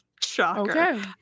Shocker